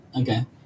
Okay